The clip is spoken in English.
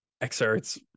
Excerpts